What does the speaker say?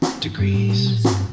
degrees